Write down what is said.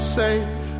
safe